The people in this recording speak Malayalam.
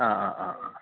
ആ ആ ആ ആ